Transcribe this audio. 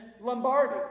Lombardi